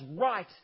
right